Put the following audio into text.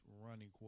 running